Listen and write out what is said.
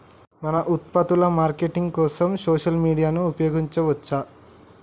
మన ఉత్పత్తుల మార్కెటింగ్ కోసం సోషల్ మీడియాను ఉపయోగించవచ్చా?